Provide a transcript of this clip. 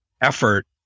effort